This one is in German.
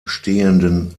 stehenden